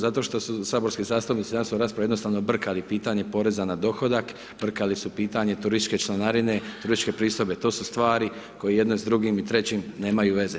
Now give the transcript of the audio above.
Zato što su saborski zastupnici danas u raspravi jednostavno brkali pitanje poreza na dohodak, brkali su pitanje turističke članarine, turističke pristojbe, to su stvari koje jedne s drugim i trećim nemaju veze.